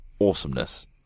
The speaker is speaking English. awesomeness